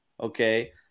okay